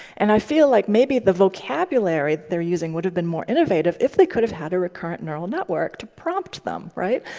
and i feel like maybe the vocabulary that they're using would have been more innovative if they could have had a recurrent neural network to prompt them. right?